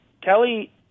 Kelly